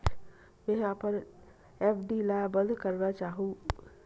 मेंहा अपन एफ.डी ला बंद करना चाहहु